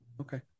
Okay